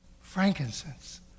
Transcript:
frankincense